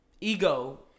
ego